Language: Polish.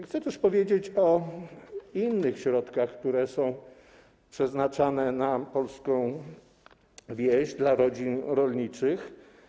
Chcę też powiedzieć o innych środkach, które są przeznaczane na polską wieś, dla rodzin rolniczych.